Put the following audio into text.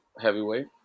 heavyweight